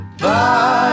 Bye